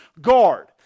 guard